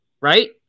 right